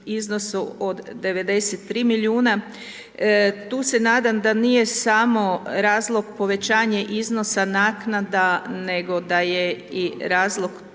iznosu od 93 miliona, tu se nadam da nije samo razlog povećanje iznosa naknada nego da je i razlog toj većoj